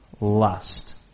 lust